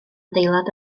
adeilad